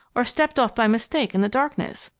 or stepped off by mistake in the darkness.